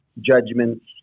judgments